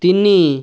ତିନି